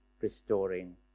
restoring